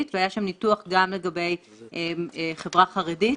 והיה שם ניתוח גם לגבי החברה החרדית.